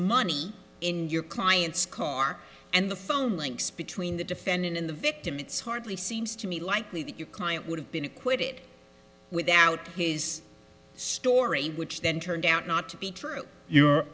money in your client's car and the phone links between the defendant in the victim it's hardly seems to me likely that your client would have been acquitted without his story which then turned out not to be true you